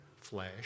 flesh